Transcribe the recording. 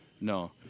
no